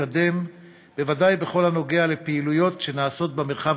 לקדם בוודאי בכל הנוגע לפעילויות שנעשות במרחב